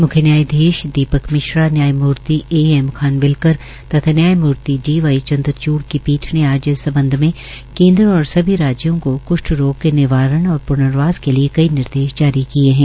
मुख्य न्यायधीश दीपक मिश्रा न्यायमूर्ति ए एम खानविलकर तथा न्यायमुर्ति डी वाई चंद्रचुढ़ की पीठ ने आज इस सम्बध में केन्द्र और सभी राज्यों को कृष्ठ रोग के निवारण और प्र्नवास के लिए कई निर्देश जारी किए है